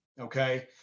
okay